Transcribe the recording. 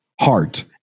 heart